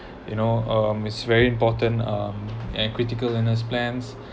you know um it's very important um and critical illness plans